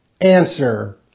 Answer